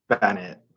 Bennett